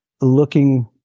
looking